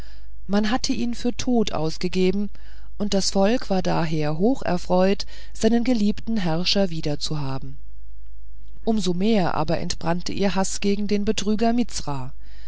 man hatte ihn für tot ausgegeben und das volk war daher hoch erfreut seinen geliebten herrscher wiederzuhaben um so mehr aber entbrannte ihr haß gegen den betrüger mizra